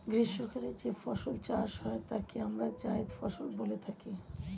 গ্রীষ্মকালে যে ফসল চাষ হয় তাকে আমরা জায়িদ ফসল বলে থাকি